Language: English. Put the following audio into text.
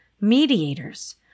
mediators